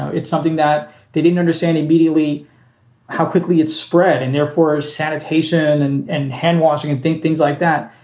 it's something that they didn't understand immediately how quickly it spread and therefore sanitation and and handwashing and things things like that.